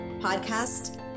Podcast